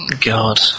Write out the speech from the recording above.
God